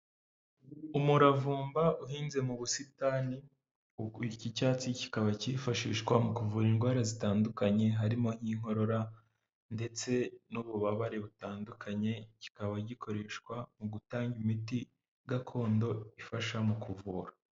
Umuravumba uhinze mu busitani, iki cyatsi kikaba cyifashishwa mu kuvura indwara zitandukanye, harimo nk'inkorora ndetse n'ububabare butandukanye, kikaba gikoreshwa mu gutanga imiti gakondo ifasha mu kuvura.